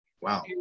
Wow